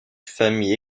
famille